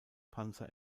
panzer